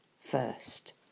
first